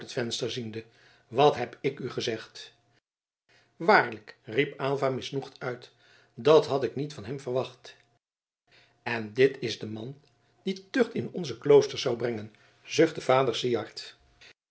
venster ziende wat heb ik u gezegd waarlijk riep aylva misnoegd uit dat had ik niet van hem verwacht en dit is de man die tucht in onze kloosters zou brengen zuchtte vader